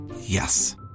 Yes